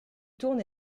tourne